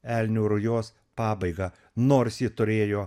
elnių rujos pabaigą nors ji turėjo